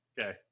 okay